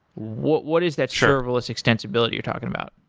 what what is that serverless extensibility you're talking about?